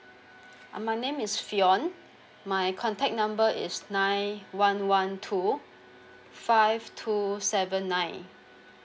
um my name is fionn my contact number is nine one one two five two seven nine